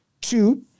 Two